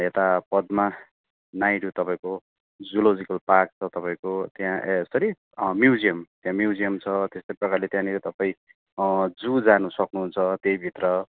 यता पदमा नाइडु तपाईँको zoological park छ तपाईँको त्यहाँ ए सरी म्युजियम म्युजियम छ र त्यस्तै प्रकारले त्यहाँनिर तपाईँ जु जानु सक्नुहुन्छ त्यहीभित्र